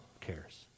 cares